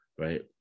right